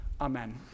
Amen